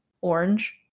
Orange